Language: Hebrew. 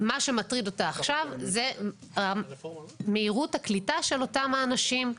מה שמטריד אותה עכשיו זה מהירות הקליטה של אותם האנשים.